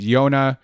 Yona